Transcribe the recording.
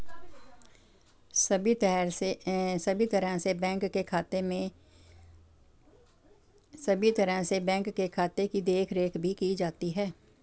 सभी तरह से बैंक के खाते की देखरेख भी की जाती है